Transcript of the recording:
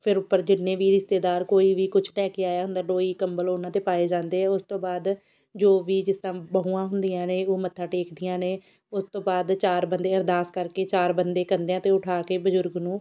ਫ਼ਿਰ ਉੱਪਰ ਜਿੰਨੇ ਵੀ ਰਿਸ਼ਤੇਦਾਰ ਕੋਈ ਵੀ ਕੁਝ ਲੈ ਕੇ ਆਇਆ ਹੁੰਦਾ ਲੋਈ ਕੰਬਲ ਉਹਨਾਂ 'ਤੇ ਪਾਏ ਜਾਂਦੇ ਆ ਉਸ ਤੋਂ ਬਾਅਦ ਜੋ ਵੀ ਜਿਸ ਤਰ੍ਹਾਂ ਬਹੂਆਂ ਹੁੰਦੀਆਂ ਨੇ ਉਹ ਮੱਥਾ ਟੇਕਦੀਆਂ ਨੇ ਉਸ ਤੋਂ ਬਾਅਦ ਚਾਰ ਬੰਦੇ ਅਰਦਾਸ ਕਰਕੇ ਚਾਰ ਬੰਦੇ ਕੰਧਿਆਂ 'ਤੇ ਉਠਾ ਕੇ ਬਜ਼ੁਰਗ ਨੂੰ